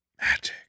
magic